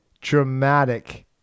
dramatic